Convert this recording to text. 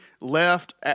left